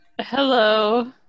Hello